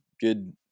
good